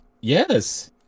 yes